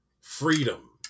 freedom